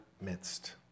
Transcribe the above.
midst